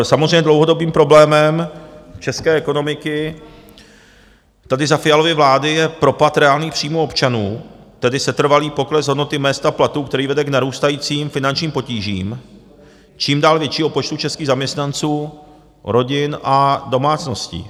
Samozřejmě dlouhodobým problémem české ekonomiky tady za Fialovy vlády je propad reálných příjmů občanů, tedy setrvalý pokles hodnoty mezd a platů, který vede k narůstajícím finančním potížím čím dál většího počtu českých zaměstnanců, rodin a domácností.